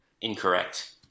Incorrect